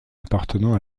appartenant